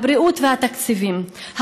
הבריאות והתקציבים.